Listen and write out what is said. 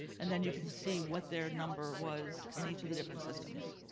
and then you can see what their number was in each of the different systems.